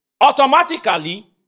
automatically